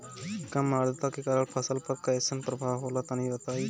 कम आद्रता के कारण फसल पर कैसन प्रभाव होला तनी बताई?